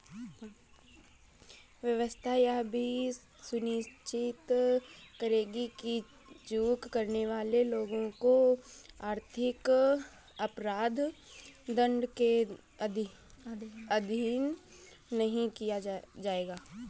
व्यवस्था यह भी सुनिश्चित करेगी कि चूक करने वाले लोगों को आर्थिक अपराध दंड के अधीन नहीं किया जाएगा